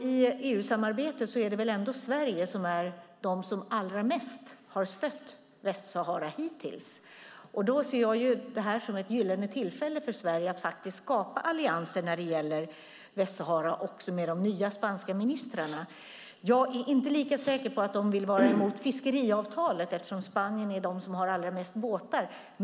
I EU-samarbetet är det ändå Sverige som allra mest har stött Västsahara. Jag ser det som ett gyllene tillfälle för Sverige att skapa allianser med de spanska ministrarna när det gäller Västsahara. Jag är inte lika säker på att de vill vara emot fiskeavtalet, eftersom Spanien är det land som har allra mest båtar.